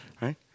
right